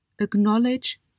Acknowledge